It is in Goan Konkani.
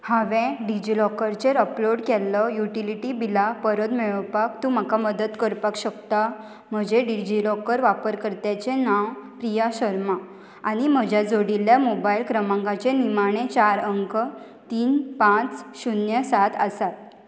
हांवें डिजिलॉकरचेर अपलोड केल्लो युटिलिटी बिलां परत मेळोवपाक तूं म्हाका मदत करपाक शकता म्हजें डिजिलॉकर वापरकर्त्याचें नांव प्रिया शर्मा आनी म्हज्या जोडिल्ल्या मोबायल क्रमांकाचें निमाणें चार अंक तीन पांच शुन्य सात आसात